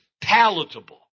palatable